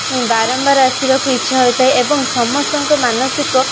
ବାରମ୍ବାର ଆସିବାକୁ ଇଚ୍ଛା ହୋଇଥାଏ ଏବଂ ସମସ୍ତଙ୍କ ମାନସିକ